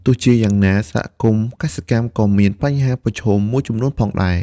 ទោះជាយ៉ាងណា សហគមន៍កសិកម្មក៏មាន បញ្ហាប្រឈម មួយចំនួនផងដែរ។